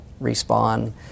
Respawn